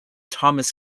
thomas